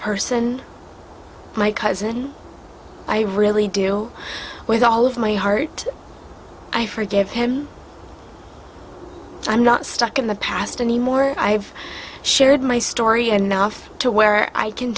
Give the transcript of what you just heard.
person my cousin i really do with all of my heart i forgive him i'm not stuck in the past anymore i have shared my story enough to where i can